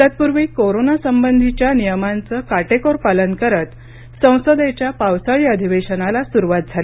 तत्पूर्वी कोरोना संबंधीच्या नियमांचं काटेकोर पालन करत संसदेच्या पावसाळी अधिवेशनाला सुरुवात झाली